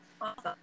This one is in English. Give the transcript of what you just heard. Awesome